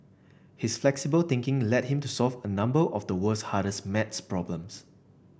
his flexible thinking led him to solve a number of the world's hardest maths problems